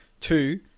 Two